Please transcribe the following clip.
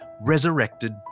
resurrected